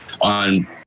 on –